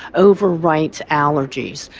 overwrites allergies,